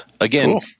again